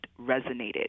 resonated